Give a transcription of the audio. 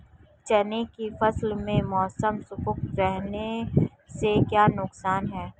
चने की फसल में मौसम शुष्क रहने से क्या नुकसान है?